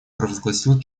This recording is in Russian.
провозгласил